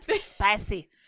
spicy